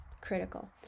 critical